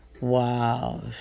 wow